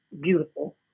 beautiful